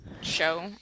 show